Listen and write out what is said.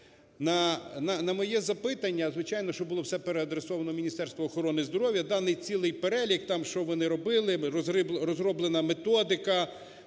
На моє запитання, звичайно, що було все переадресоване Міністерству охорони здоров'я, даний цілий перелік, там, що вони робили, розроблена методика,